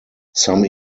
some